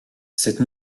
cette